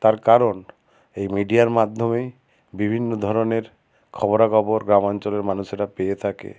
তার কারণ এই মিডিয়ার মাধ্যমেই বিভিন্ন ধরনের খবরাখবর গ্রামাঞ্চলের মানুষেরা পেয়ে থাকে